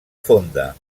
fonda